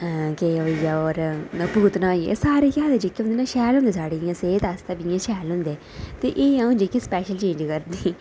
केह् होई गेआ होर पूतना होई गेआ एह् सारे केह् आखदे जेह्के होंदे न साढ़े सेह्त आस्तै बी इ'यां शैल होंदे ते एह् अ'ऊं जेह्के स्पैशल चेंज करनी